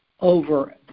over